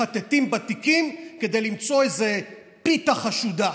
מחטטים בתיקים כדי למצוא איזה פיתה חשודה.